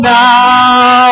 now